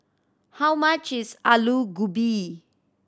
how much is Aloo Gobi